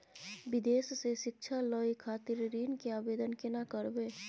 विदेश से शिक्षा लय खातिर ऋण के आवदेन केना करबे?